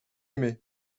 aimé